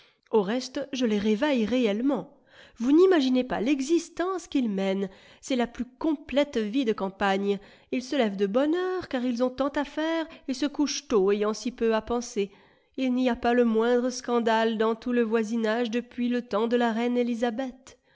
au reste je les réveille réellement vous n'imaginez pas l'existence qu'ils mènent c'est la plus complète vie de campagne ils se lèvent de bonne heure car ils ont tant à faire et se couchent tôt ayant si peu à penser il n'y a pas eu le moindre scandale jdans tout le voisinage depuis le temps de la reine elizabeth